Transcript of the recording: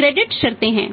शर्तें हैं